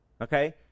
Okay